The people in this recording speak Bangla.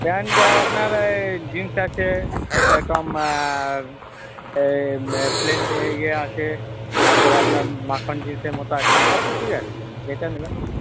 প্যান্ট আপনার এই জিন্স আছে এরকম প্লেন ইয়ে আছে তারপরে আপনার মাখন জিন্সের মতো আছে সব কিছুই আছে দেখে নেবেন